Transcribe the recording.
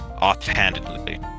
offhandedly